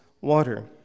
water